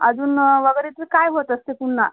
अजून वगैरेचं काय होत असते पुन्हा